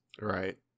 Right